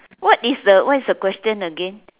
what is the what is the question again